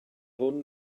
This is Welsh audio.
hwn